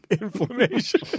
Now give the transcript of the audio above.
inflammation